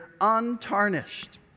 untarnished